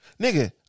Nigga